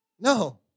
No